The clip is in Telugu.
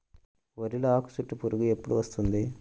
వరిలో ఆకుచుట్టు పురుగు ఎప్పుడు వస్తుంది?